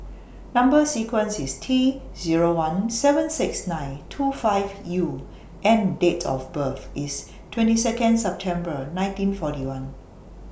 Number sequence IS T Zero one seven six nine two five U and Date of birth IS twenty Second September nineteen forty one